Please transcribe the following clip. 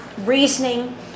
reasoning